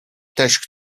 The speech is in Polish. też